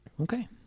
okay